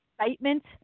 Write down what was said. excitement